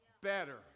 Better